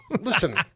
Listen